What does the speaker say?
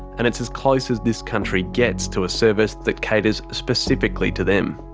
and it's as close as this country gets to a service that caters specifically to them.